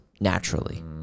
naturally